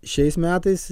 šiais metais